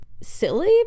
silly